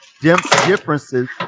differences